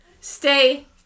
Stay